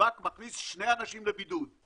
שב"כ מכניס שני אנשים לבידוד,